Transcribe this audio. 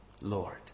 Lord